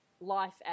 life